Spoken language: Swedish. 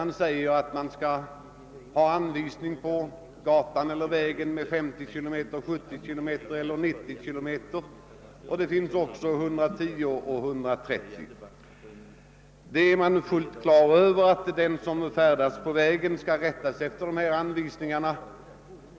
a. gäller olika hastighetsgränser på olika vägar: 50, 70, 90, 110 eller 130 km/tim. Alla är överens om att den som färdas på vägarna skall rätta sig efter dessa bestämmelser.